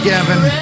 Gavin